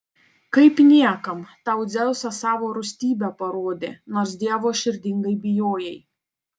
kaip niekam tau dzeusas savo rūstybę parodė nors dievo širdingai bijojai